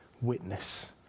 witness